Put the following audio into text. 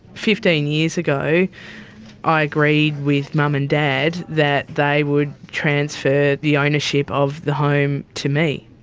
fifteen years ago i agreed with mum and dad that they would transfer the ownership of the home to me.